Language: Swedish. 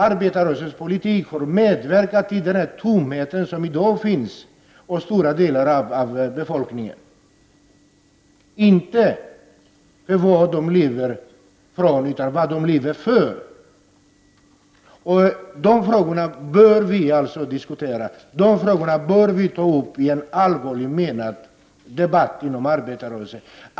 Arbetarrörelsens politik har medverkat till den tomhet som i dag finns hos stora delar av befolkningen, inte när det gäller vad de lever av utan när det gäller vad de lever för. De frågorna bör vi diskutera, de frågorna bör vi ta upp till en allvarligt menad debatt inom arbetarrörelsen.